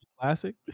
Classic